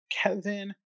Kevin